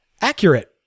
accurate